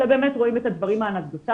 אלא באמת רואים את הדברים האנקדוטליים,